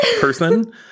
person